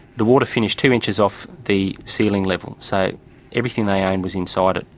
the water finished two inches off the ceiling level, so everything they owned was inside it.